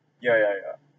yeah yeah yeah